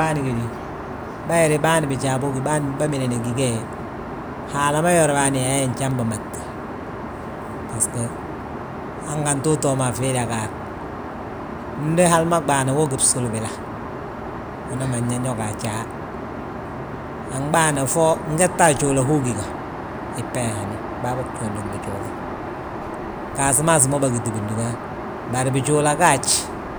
Bân bége bayiri bân bijaa bógi, bâmidana gí gee, Haala yori bâyaaye njan bimadti. Basgo, hangantu utoo mo a fii Dagaar, ndi hali ma ɓaana wo gí bsuli bila, umanan yaa ño ga ajaa. Anɓaana fo ngette ajuula hi ugí gaa? Ibba yaa hani, bâa bog jóondi ngi bijuula. Gasamas ma wi bagíti bindúba, bari bijuula gaaj,